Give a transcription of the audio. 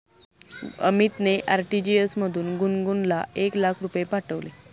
अमितने आर.टी.जी.एस मधून गुणगुनला एक लाख रुपये पाठविले